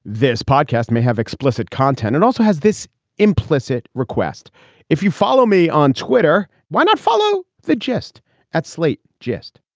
this podcast may have explicit content and also has this implicit request if you follow me on twitter. why not follow the gist at slate? just